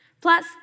Plus